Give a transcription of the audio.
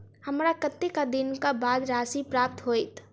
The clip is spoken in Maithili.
हमरा कत्तेक दिनक बाद राशि प्राप्त होइत?